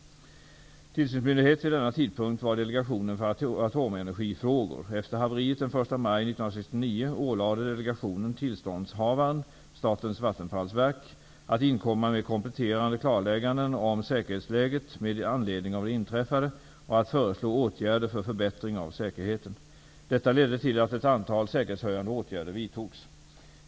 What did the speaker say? Tillsynsmyndighet vid denna tidpunkt var delegationen för atomenergifrågor. Efter haveriet den 1 maj 1969 ålade delegationen tillståndshavaren, Statens Vattenfallsverk, att inkomma med kompletterande klarlägganden om säkerhetsläget med anledning av det inträffade och att föreslå åtgärder för förbättring av säkerheten. Detta ledde till att ett antal säkerhetshöjande åtgärder vidtogs.